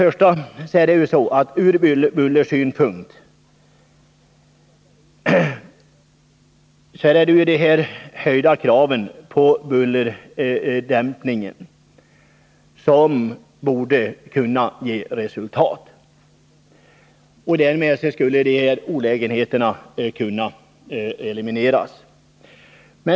För det första borde de höjda kraven på bullerdämpning kunna ge resultat. Därmed skulle dessa olägenheter kunna elimineras.